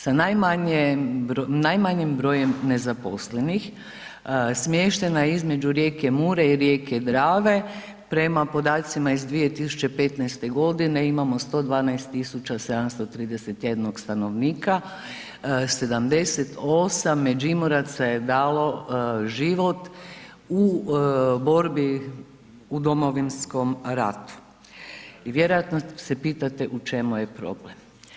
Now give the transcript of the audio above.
Sa najmanjem brojem nezaposlenih, smještena je između rijeke Mure i rijeke Drave, prema podacima iz 2015. godine imamo 112 731 stanovnika, 76 Međimuraca je dalo život u borbi u Domovinskom ratu i vjerojatno se pitate u čemu je problem.